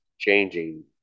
Changing